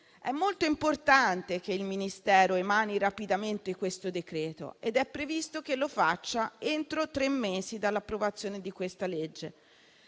È molto importante che il Ministero emani rapidamente questo decreto ed è previsto che lo faccia entro tre mesi dall'approvazione di questa legge.